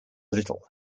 little